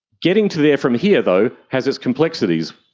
getting to there from here though has its complexities,